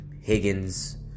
Higgins